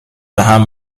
بهم